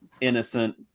innocent